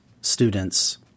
students